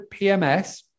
PMS